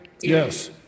Yes